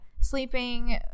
sleeping